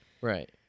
right